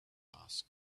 asked